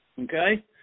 Okay